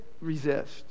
resist